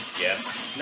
Yes